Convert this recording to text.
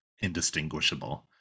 indistinguishable